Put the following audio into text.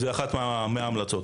זה אחת מן ההמלצות.